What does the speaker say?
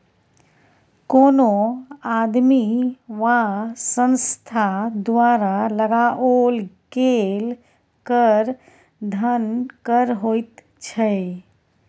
कोनो आदमी वा संस्था द्वारा लगाओल गेल कर धन कर होइत छै